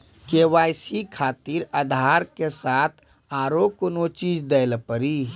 KYC खातिर आधार के साथ औरों कोई चीज देना पड़ी?